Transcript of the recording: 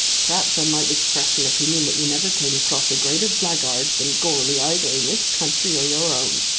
perhaps i might express an opinion that you never came across a greater blackguard than goarly either in this country or your own.